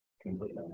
Complete